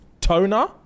toner